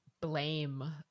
blame